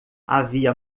havia